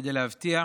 כדי להבטיח